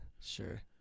Sure